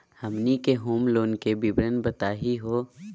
हमनी के home loan के विवरण बताही हो?